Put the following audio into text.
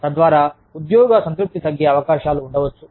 తద్వారా ఉద్యోగ సంతృప్తి తగ్గే అవకాశాలు ఉండవచ్చు